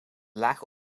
lage